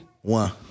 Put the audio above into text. One